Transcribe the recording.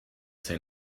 say